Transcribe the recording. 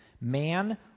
Man